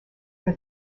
for